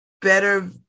better